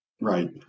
Right